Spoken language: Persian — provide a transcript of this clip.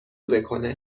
بکنه